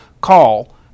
call